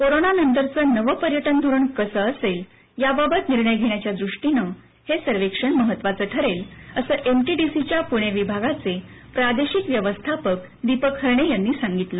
corona नंतरचं नवं पर्यटन धोरण कसं असेल याबाबत निर्णय घेण्याच्या दृष्टीनंहे सर्वेक्षण महत्त्वाचं ठरेलअसं एमटीडीसीच्या पुणे विभागाचेप्रादेशिक व्यवस्थापक दीपक हरणे यांनी सांगितलं